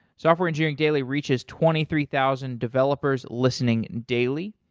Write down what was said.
software engineering daily reaches twenty three thousand developers listening daily.